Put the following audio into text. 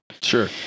sure